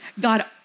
God